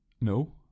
No